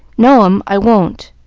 no, m, i won't.